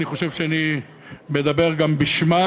ואני חושב שאני מדבר גם בשמה.